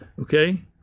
okay